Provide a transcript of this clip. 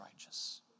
righteous